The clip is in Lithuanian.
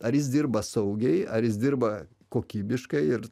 ar jis dirba saugiai ar jis dirba kokybiškai ir